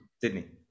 Sydney